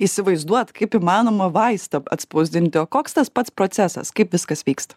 įsivaizduot kaip įmanoma vaistą atspausdinti o koks tas pats procesas kaip viskas vyksta